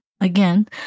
again